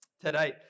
today